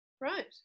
Right